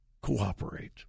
cooperate